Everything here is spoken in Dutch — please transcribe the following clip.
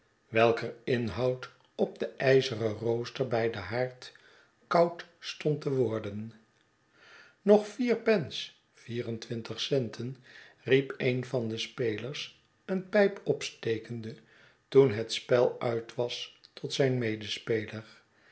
welker inhoud op den ijzeren rooster bij den haard koud stond te worden nog vier pence riep een van de spelers een pijp opstekende toen het spel uit was tot zijn medespeler